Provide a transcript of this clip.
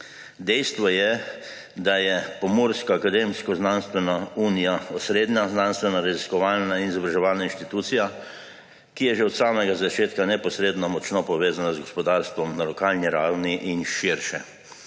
Dejstvo je, da je Pomurska akademsko-znanstvena unija osrednja znanstvenoraziskovalna in izobraževalna institucija, ki je že od samega začetka neposredno močno povezana z gospodarstvom na lokalni ravni in širše.